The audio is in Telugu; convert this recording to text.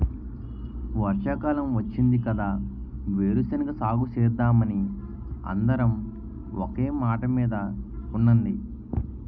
వర్షాకాలం వచ్చింది కదా వేరుశెనగ సాగుసేద్దామని అందరం ఒకే మాటమీద ఉండండి